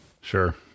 Sure